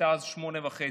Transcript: שהייתה אז בת שמונה וחצי,